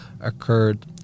occurred